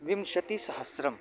विंशतिः सहस्रं